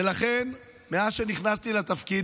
ולכן מאז שנכנסתי לתפקיד,